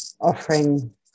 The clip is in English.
offering